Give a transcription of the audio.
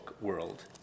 world